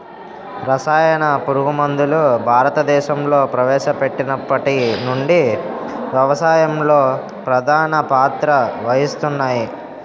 రసాయన పురుగుమందులు భారతదేశంలో ప్రవేశపెట్టినప్పటి నుండి వ్యవసాయంలో ప్రధాన పాత్ర వహిస్తున్నాయి